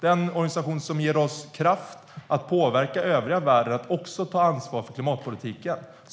Det är en organisation som ger oss kraft att påverka övriga världen att också ta ansvar för klimatpolitiken.